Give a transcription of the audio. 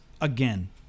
again